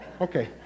Okay